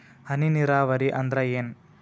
ಹನಿ ನೇರಾವರಿ ಅಂದ್ರ ಏನ್?